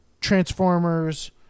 Transformers